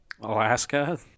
Alaska